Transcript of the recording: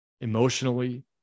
emotionally